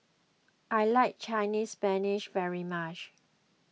I like Chinese Spinach very much